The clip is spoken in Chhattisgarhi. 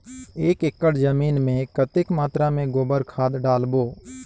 एक एकड़ जमीन मे कतेक मात्रा मे गोबर खाद डालबो?